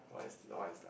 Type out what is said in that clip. what is what is the